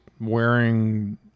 wearing